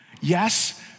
Yes